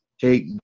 take